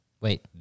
wait